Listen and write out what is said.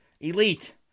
Elite